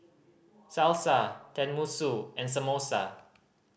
Salsa Tenmusu and Samosa